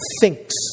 Thinks